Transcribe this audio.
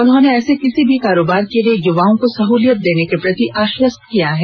उन्होंने ऐसे किसी भी कारोबार के लिए युवाओं को सहूलियत देने के प्रति आश्वस्त किया है